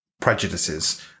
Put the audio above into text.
prejudices